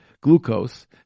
glucose